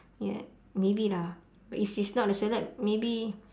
ya maybe lah but if she's not a celeb maybe